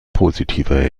positive